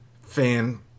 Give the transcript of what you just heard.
fan